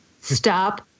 stop